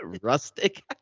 Rustic